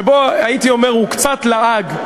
שבו הוא קצת לעג,